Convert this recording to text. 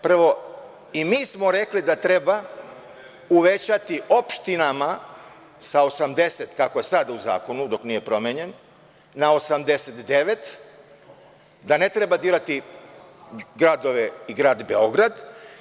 Prvo, i mi smo rekli da treba uvećati opštinama sa 80, kako je sada u zakonu dok nije promenjen, na 89, da ne treba dirati gradove i grad Beograd.